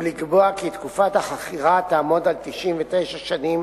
ולקבוע כי תקופת החכירה תעמוד על 99 שנים